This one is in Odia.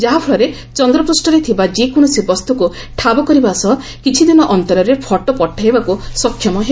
ଯାହାଫଳରେ ଚନ୍ଦ୍ରପୂଷ୍ଣରେ ଥିବା ଯେକୌଣସି ବସ୍ତକୁ ଠାବ କରିବା ସହ କିଛିଦିନ ଅନ୍ତରରେ ଫଟୋ ପଠାଇବାକୁ ସକ୍ଷମ ହେବ